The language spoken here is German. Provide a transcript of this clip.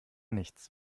nichts